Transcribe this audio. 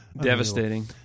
Devastating